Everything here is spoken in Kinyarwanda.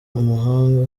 umuhanga